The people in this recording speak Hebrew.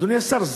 אדוני השר,